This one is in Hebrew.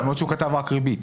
למרות שהוא כתב רק ריבית.